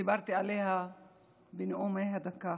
שדיברתי עליה בנאום הדקה.